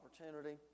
opportunity